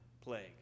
plague